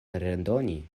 redoni